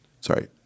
sorry